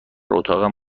اتاقم